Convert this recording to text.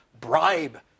bribe